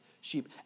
sheep